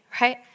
right